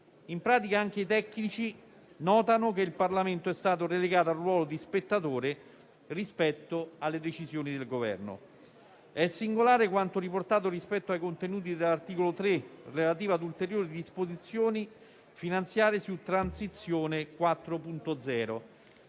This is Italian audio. In pratica anche i tecnici notano che il Parlamento è stato relegato al ruolo di spettatore rispetto alle decisioni del Governo. È singolare quanto riportato rispetto ai contenuti dell'articolo 3, relativo ad ulteriori disposizioni finanziarie su Transizione 4.0.